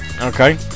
Okay